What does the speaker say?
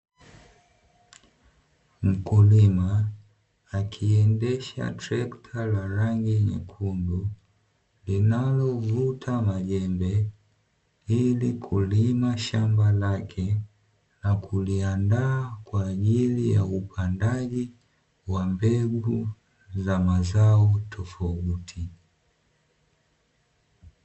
Mkulima akiendesha trekta la rangi nyekundu linalovuta majembe ili kulima shamba lake na kuliandaa kwa ajili ya upandaji wa mbegu za mazao tofauti.